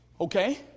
Okay